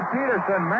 Peterson